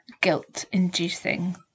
guilt-inducing